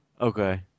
Okay